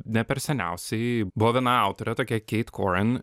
ne per seniausiai buvo viena autorė tokia keit coren